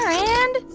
and